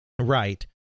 Right